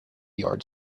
yard